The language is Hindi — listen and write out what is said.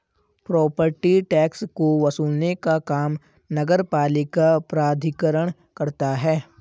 प्रॉपर्टी टैक्स को वसूलने का काम नगरपालिका प्राधिकरण करता है